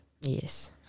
yes